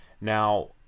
Now